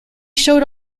showed